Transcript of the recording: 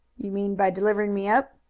you mean by delivering me up?